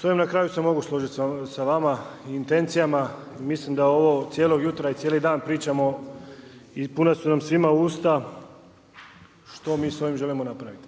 s ovim na kraju se mogu složiti sa vama i intencijama i mislim da ovo cijelog jutra i cijeli dan pričamo i puna su nam svima usta što mi s ovim želimo napraviti.